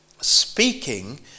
Speaking